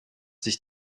sich